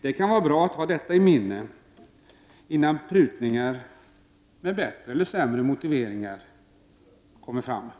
Det kan vara bra att ha detta i minnet innan förslag om prutningar, med bättre eller sämre motiveringar, framförs.